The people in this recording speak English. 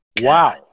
Wow